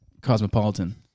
Cosmopolitan